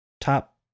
Top